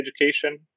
education